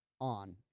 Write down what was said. on